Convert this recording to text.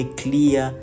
clear